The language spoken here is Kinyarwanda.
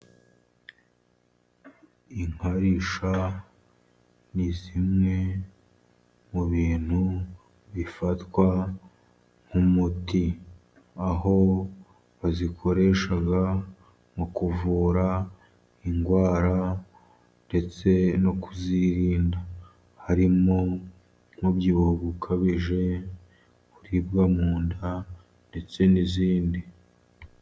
Inkarisha ni zimwe mu bintu bifatwa nk'umuti, aho bazikoresha mu kuvura indwara, ndetse no kuzirinda. Harimo umubyibuho ukabije, kuribwa mu nda, ndetse n'izindi.